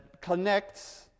connects